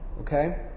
Okay